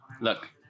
Look